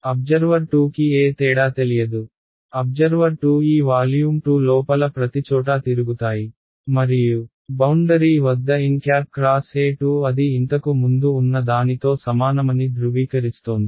observer 2 కి ఏ తేడా తెలియదు అబ్జర్వర్ 2 ఈ వాల్యూమ్ 2 లోపల ప్రతిచోటా తిరుగుతాయి మరియు బౌండరీ వద్ద nxE2 అది ఇంతకు ముందు ఉన్న దానితో సమానమని ధృవీకరిస్తోంది